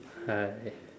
hi